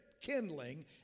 kindling